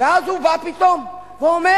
ואז הוא בא פתאום ואומר: